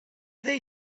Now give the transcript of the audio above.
they